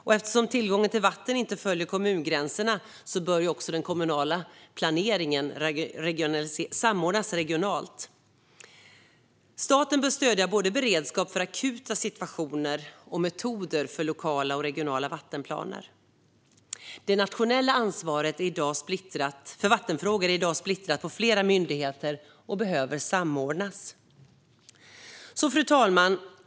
Och eftersom tillgången till vatten inte följer kommungränserna bör den kommunala planeringen samordnas regionalt. Staten bör stödja både beredskap för akuta situationer och metoder för lokala och regionala vattenplaner. Det nationella ansvaret för vattenfrågor är i dag splittrat på flera myndigheter och behöver samordnas. Fru talman!